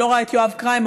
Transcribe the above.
אני לא רואה את יואב קריים,